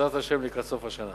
בעזרת השם, לקראת סוף השנה.